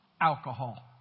alcohol